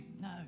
No